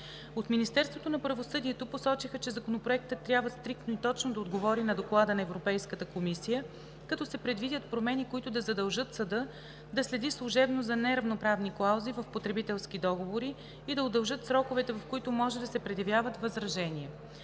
От Министерството на правосъдието посочиха, че Законопроектът трябва стриктно и точно да отговори на доклада на Европейската комисия, като се предвидят промени, които да задължат съда да следи служебно за неравноправни клаузи в потребителски договори и да удължат сроковете, в които може да се предявяват възражения.